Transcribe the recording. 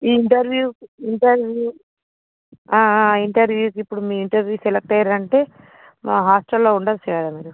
interviews interview ఆ interviews ఇప్పుడు మీ ఇంటర్వ్యూకి సెలెక్ట్ అయ్యిర్రు అంటే మా హాస్టల్లో ఉండచ్చు కదా మీరు